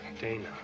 Dana